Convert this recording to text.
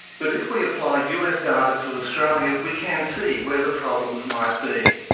but if we apply us data to australia, we can see where the problems might be.